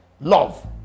Love